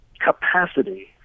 capacity